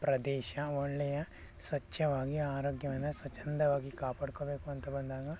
ಪ್ರದೇಶ ಒಳ್ಳೆಯ ಸ್ವಚ್ಛವಾಗಿ ಆರೋಗ್ಯವನ್ನು ಸ್ವಚ್ಛಂದವಾಗಿ ಕಾಪಾಡ್ಕೊಳ್ಬೇಕು ಅಂತ ಬಂದಾಗ